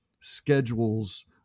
schedules